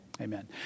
Amen